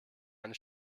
eine